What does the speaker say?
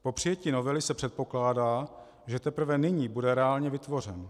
Po přijetí novely se předpokládá, že teprve nyní bude reálně vytvořen.